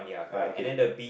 yea ok